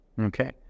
Okay